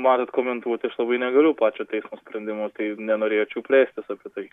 matot komentuoti aš labai negaliu pačio teismo sprendimo tai nenorėčiau plėstis apie tai